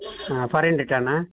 ಹಾಂ foreign return